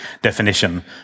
definition